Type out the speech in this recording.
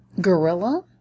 gorilla